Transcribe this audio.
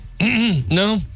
No